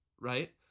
right